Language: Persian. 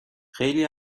خیلی